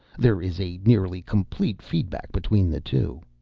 there is a nearly-complete feedback between the two.